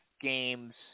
games